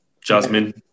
Jasmine